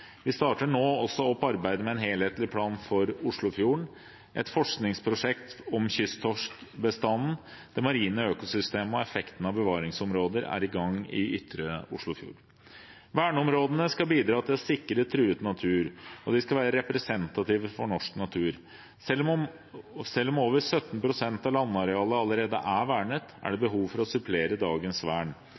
Vi starter nå også opp arbeidet med en helhetlig plan for Oslofjorden. Et forskningsprosjekt om kysttorskbestanden, det marine økosystemet og effekten av bevaringsområder er i gang i Ytre Oslofjord. Verneområdene skal bidra til å sikre truet natur, og de skal være representative for norsk natur. Selv om over 17 pst. av landarealet allerede er vernet, er det behov for å supplere dagens vern.